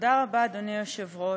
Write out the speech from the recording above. תודה רבה, אדוני היושב-ראש.